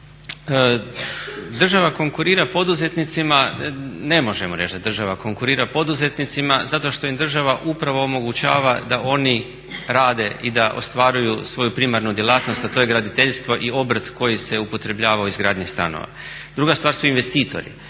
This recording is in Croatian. Država konkurira poduzetnicima, ne možemo reći da država konkurira poduzetnicima zato što im država upravo omogućava da oni rade i da ostvaruju svoju primarnu djelatnost a to je graditeljstvo i obrt koji se upotrebljavao u izgradnji stanova. Druga stvar su investitori.